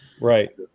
right